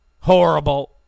horrible